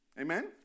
Amen